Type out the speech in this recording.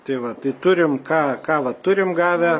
tai va tai turim ką ką va turim gavę